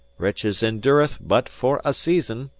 riches endureth but for a season,